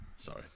Sorry